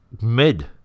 mid